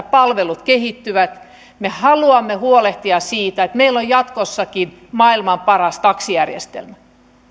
palvelut kehittyvät me haluamme huolehtia siitä että meillä on jatkossakin maailman paras taksijärjestelmä